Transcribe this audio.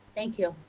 thank you.